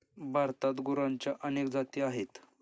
भारतात गुरांच्या अनेक जाती आहेत